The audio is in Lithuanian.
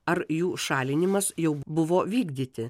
ar jų šalinimas jau buvo vykdyti